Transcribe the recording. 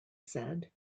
said